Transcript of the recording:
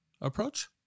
approach